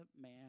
man